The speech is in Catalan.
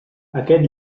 aquest